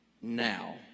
now